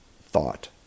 thought